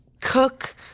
cook